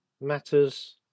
matters